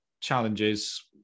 challenges